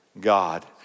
God